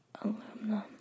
Aluminum